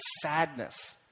sadness